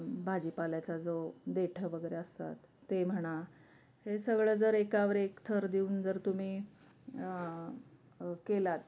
भाजीपाल्याचा जो देठं वगैरे असतात ते म्हणा हे सगळं जर एकावर एक थर देऊन जर तुम्ही केलात